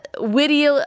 witty